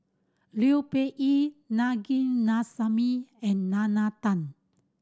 Liu Peihe Na Govindasamy and Nalla Tan